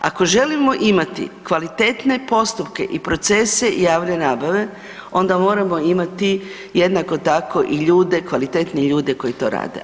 Ako želimo imati kvalitetne postupke i procese javne nabave, onda moramo imati jednako tako i ljude, kvalitetne ljude koji to rade.